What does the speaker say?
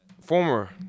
Former